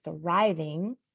thriving